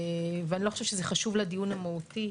אני לא חושבת שזה חשוב לדיון המהותי.